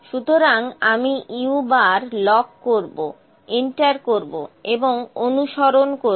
সুতরাং আমি u lock করব এন্টার করব এবং অনুসরণ করবো